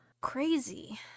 Crazy